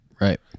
Right